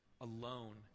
alone